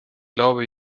glaube